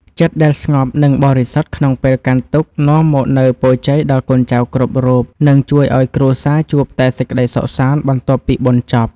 ចិត្តដែលស្ងប់និងបរិសុទ្ធក្នុងពេលកាន់ទុក្ខនាំមកនូវពរជ័យដល់កូនចៅគ្រប់រូប និងជួយឱ្យគ្រួសារជួបតែសេចក្តីសុខសាន្តបន្ទាប់ពីបុណ្យចប់។